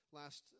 last